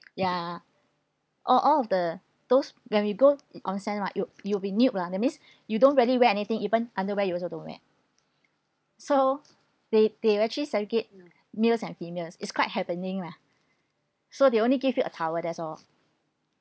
ya all all of the those when we go onsen right you you will be nude lah that means you don't really wear anything even underwear you also don't wear so they they actually segregate males and females is quite happening lah so they only give you a towel that's all